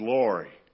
Glory